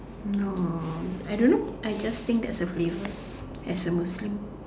no I don't know I just think that's a flavour as a Muslim